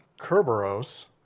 Kerberos